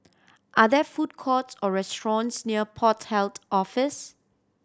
are there food court or restaurants near Port Health Office